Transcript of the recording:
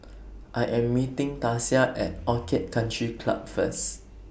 I Am meeting Tasia At Orchid Country Club First